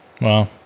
Wow